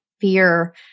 fear